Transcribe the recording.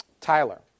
Tyler